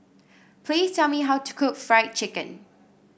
please tell me how to cook Fried Chicken